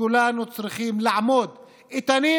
כולנו צריכים לעמוד איתנים.